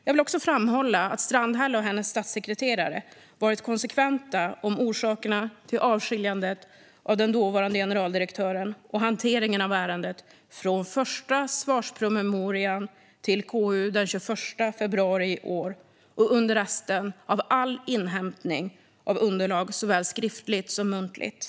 Jag vill också framhålla att Strandhäll och hennes statssekreterare varit konsekventa om orsakerna till avskiljandet av den dåvarande generaldirektören och hanteringen av ärendet från första svarspromemorian till KU den 21 februari i år och därefter under all inhämtning av underlag, såväl skriftligt som muntligt.